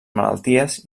malalties